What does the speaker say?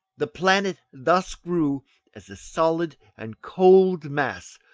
the planet thus grew as a solid and cold mass,